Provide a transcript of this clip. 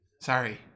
Sorry